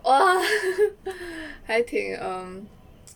!wah! 还挺 err